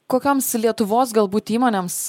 kokioms lietuvos galbūt įmonėms